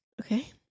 okay